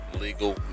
Legal